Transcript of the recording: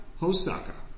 hosaka